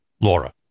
Laura